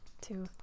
two